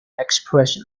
expression